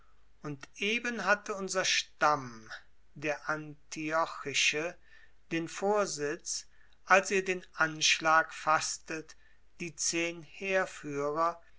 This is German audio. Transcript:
und eben hatte unser stamm der antiochische den vorsitz als ihr den anschlag faßtet die zehn heerführer